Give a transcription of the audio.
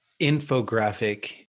infographic